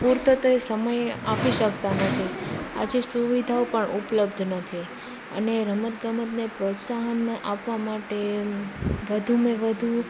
પુરતો તે સમય આપી શકતાં નથી આજે સુવિધાઓ પણ ઉપલબ્ધ નથી અને રમતગમતને પ્રોત્સાહનો આપવા માટેનું વધુમાં વધુ